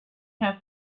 have